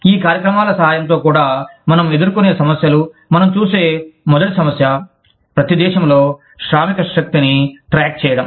ఈ కార్యక్రమాల సహాయంతో కూడా మనం ఎదుర్కొనే సమస్యలు మనం చూసే మొదటి సమస్య ప్రతి దేశంలో శ్రామిక శక్తి ని ట్రాక్ చేయడం